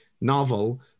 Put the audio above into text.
novel